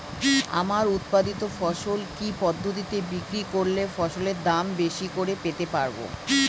আমার উৎপাদিত ফসল কি পদ্ধতিতে বিক্রি করলে ফসলের দাম বেশি করে পেতে পারবো?